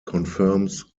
confirms